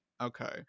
okay